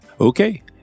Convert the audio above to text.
Okay